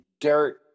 dirt